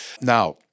Now